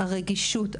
הרגישות,